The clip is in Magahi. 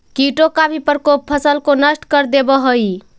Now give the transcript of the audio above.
कीटों का भी प्रकोप फसल को नष्ट कर देवअ हई